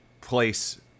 place